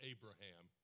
Abraham